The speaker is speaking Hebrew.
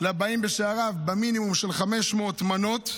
לבאים בשעריו במינימום של 500 מנות,